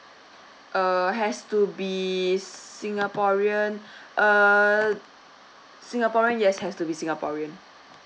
err has to be singaporean err singaporean yes has to be singaporean